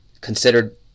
Considered